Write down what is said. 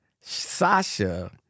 Sasha